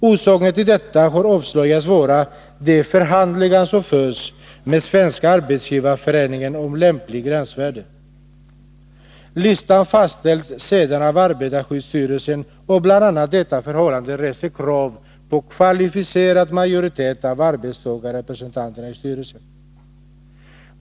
Orsaken till detta har avslöjats vara de förhandlingar som förs med Svenska arbetsgivareföreningen om lämpligt gränsvärde. Listan fastställs sedan av arbetarskyddsstyrelsen, och bl.a. detta förhållande reser krav på kvalificerad majoritet av arbetstagarrepresentanter i styrelsen.